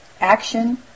action